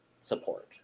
support